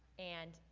and,